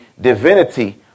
divinity